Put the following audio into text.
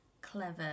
clever